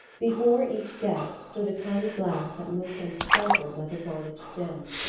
before each guest stood a tiny glass that looked and sparkled like a garnet gem.